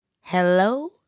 hello